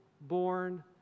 born